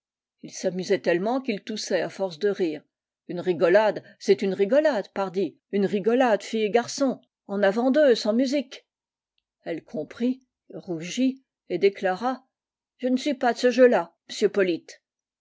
ii s'amusait tellement qu'il toussait à force de rire une rigolade c'est une rigolade pardi une rigolade fille et garçon en avant deux sans musique elle comprit rougit et déclara je n'suis pas de ce jeu-là m'sieu polyte